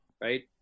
right